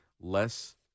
less